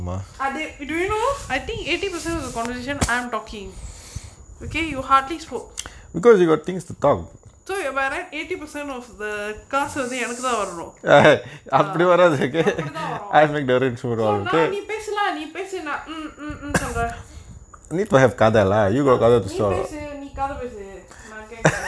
அது:athu do you you know I think eighty percent of the conversation I'm talking okay you hardly spoke so இங்க பாரே:inga paarae eighty percent of the காசு வந்து எனக்குதான் வரனும்:kaasu vanthu enaku thaan varanum ah அப்புடித்தான் வரும்:appudithaan varum so நா நீ பேசுல்லா நீ பேசு நா:naa nee pesulla nee pesu naa mm mm mm ன்னு சொல்ர:nu solra ah நீ பேசு நீ கத பேசு நா கேக்குற:nee pesu nee katha pesu naa kekura